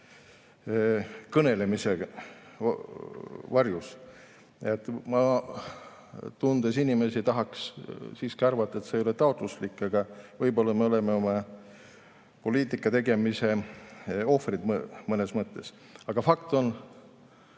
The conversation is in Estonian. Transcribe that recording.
kõnelemise peale. Tundes inimesi, ma tahaks siiski arvata, et see ei ole taotluslik, aga võib-olla me oleme oma poliitika tegemise ohvrid, mõnes mõttes. Aga fakt on